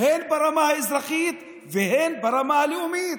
הן ברמה האזרחית והן ברמה הלאומית.